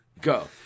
Go